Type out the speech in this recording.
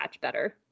better